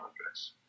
address